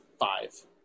five